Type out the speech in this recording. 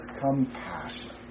compassion